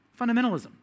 fundamentalism